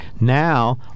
Now